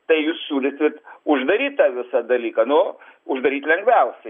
tai jūs siūlysit uždaryt tą visą dalyką nu uždaryt lengviausiai